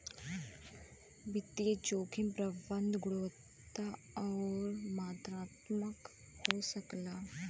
वित्तीय जोखिम प्रबंधन गुणात्मक आउर मात्रात्मक हो सकला